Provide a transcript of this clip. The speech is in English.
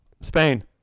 Spain